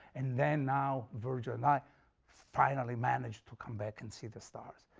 and then now virgil and i finally managed to come back and see the stars.